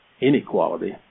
inequality